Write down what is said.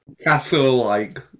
castle-like